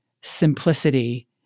simplicity